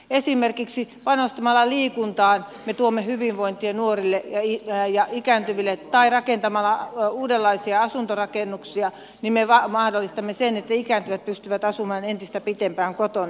esimerkiksi panostamalla liikuntaan me tuomme hyvinvointia nuorille ja ikääntyville tai rakentamalla uudenlaisia asuntorakennuksia me mahdollistamme sen että ikääntyvät pystyvät asumaan entistä pitempään kotona